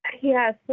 Yes